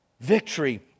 Victory